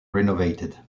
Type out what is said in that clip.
renovated